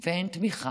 ואין תמיכה,